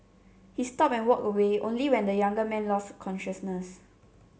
he stopped and walked away only when the younger man lost consciousness